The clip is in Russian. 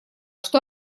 что